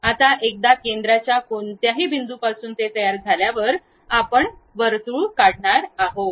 आता एकदा केंद्राच्या कोणत्याही बिंदूपासून ते तयार झाल्यावर आपण एक वर्तुळ काढणार आहात